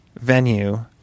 venue